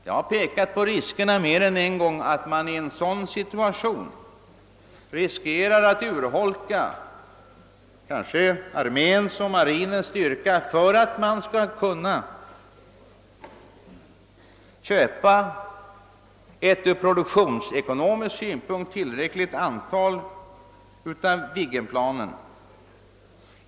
Jag har mer än en gång pekat på riskerna för att man i en sådan situation kan tvingas att urholka arméns och marinens styrka för att kunna köpa ett ur produktionsekonomisk synpunkt tillräckligt stort antal Viggen-plan.